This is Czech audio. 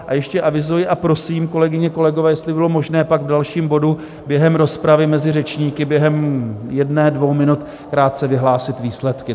A ještě avizuji a prosím, kolegyně a kolegové, jestli by bylo možné pak v dalším bodu během rozpravy mezi řečníky během jedné dvou minut krátce vyhlásit výsledky.